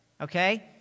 Okay